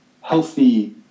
healthy